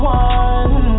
one